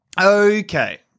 Okay